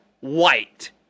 White